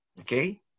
Okay